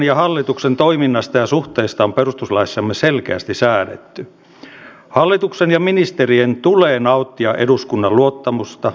vastauspuheenvuorot edustaja kurvinen ja sitten edustaja hakkarainen ja sitten menemme puhujalistaan